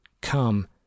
come